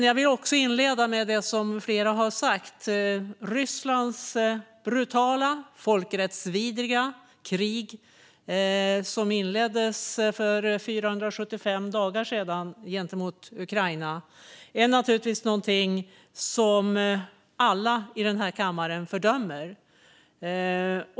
Jag vill också inleda med det som flera har sagt; Rysslands brutala, folkrättsvidriga krig gentemot Ukraina, som inleddes för 475 dagar sedan, är något som alla i den här kammaren fördömer.